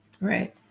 Right